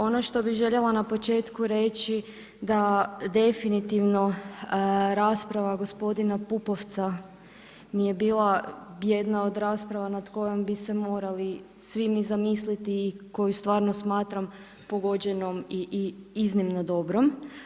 Ono što bih željela na početku reći da definitivno rasprava gospodina Pupovca mi je bila jedna od rasprava nad kojom bi se morali svi mi zamisliti i koju stvarno smatram pogođenom i iznimno dobrom.